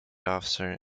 officer